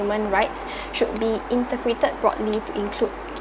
human rights should be integrated broadly to include